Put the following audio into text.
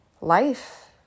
life